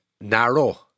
narrow